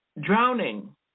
drowning